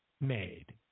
made